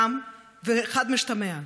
רם וחד-משמעי: